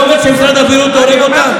אתה אומר שמשרד הבריאות הורג אותם?